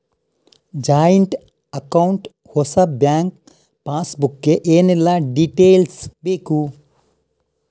Joint account ಹೊಸ bank passbook ಗೆ ಏನೆಲ್ಲ ಡೀಟೇಲ್ಸ್ ಬೇಕು?